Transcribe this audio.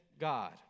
God